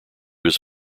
was